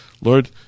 Lord